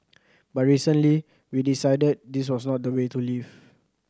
but recently we decided this was not the way to live